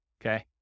okay